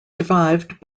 survived